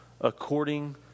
according